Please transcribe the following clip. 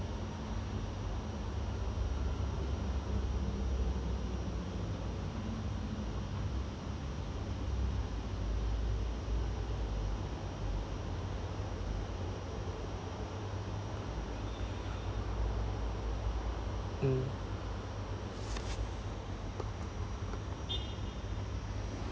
mm